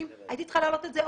הייתי צריכה להעלות את זה.